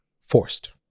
forced